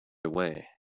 away